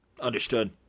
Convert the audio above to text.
Understood